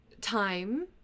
time